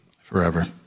forever